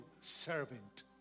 servant